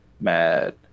mad